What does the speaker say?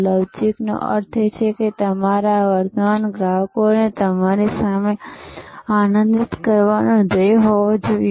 લવચીકનો અર્થ એ છે કે તમારા વર્તમાન ગ્રાહકોને તમારી સામે આનંદિત કરવાના ધ્યેય હોવો જોઈએ